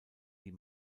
die